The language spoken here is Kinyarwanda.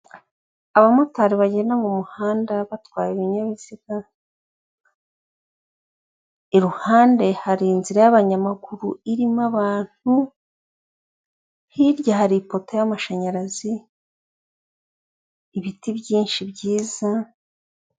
Abamotari bagenda mu muhanda batwaye ibinyabiziga, iruhande hari inzira y'abanyamaguru irimo abantu, hirya hari ipoto y'amashanyarazi, ibiti byinshi byiza.